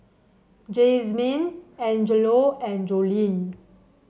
Jazmyne Angelo and Joleen